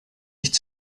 nicht